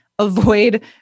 Avoid